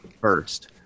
first